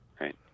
Right